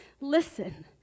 listen